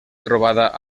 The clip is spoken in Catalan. trobada